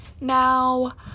Now